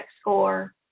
score